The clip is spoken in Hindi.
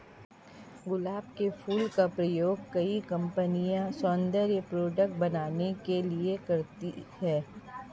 गुलाब के फूल का प्रयोग कई कंपनिया सौन्दर्य प्रोडेक्ट बनाने के लिए करती है